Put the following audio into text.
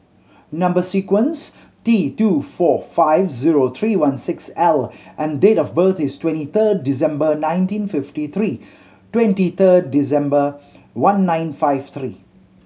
number sequence T two four five zero three one six L and date of birth is twenty third December nineteen fifty three twenty third December one nine five three